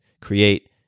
create